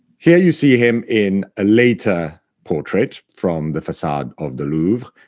here, you see him in a later portrait from the facade of the louvre.